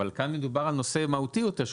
אבל כאן מדובר על נושא מהותי יותר,